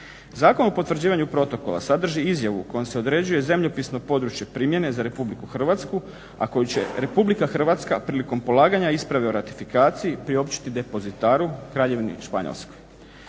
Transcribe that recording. Zakon o potvrđivanju protokola sadrži izjavu kojom se određuje zemljopisno područje primjene za Republiku Hrvatsku, a koju će Republika Hrvatska prilikom polaganja isprave o ratifikaciji priopćiti depozitaru, Kraljevini Španjolskoj.